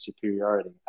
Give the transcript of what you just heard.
superiority